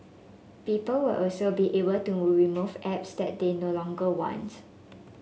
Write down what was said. people will also be able to remove apps that they no longer want